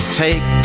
take